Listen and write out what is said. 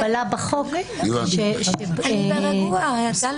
ורק "נתוני מיקום,